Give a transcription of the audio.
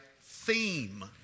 theme